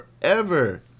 forever